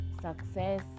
success